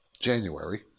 January